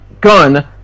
gun